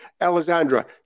Alessandra